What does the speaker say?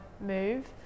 move